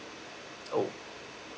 oh